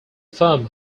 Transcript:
firm